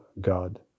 God